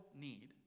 need